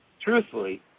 truthfully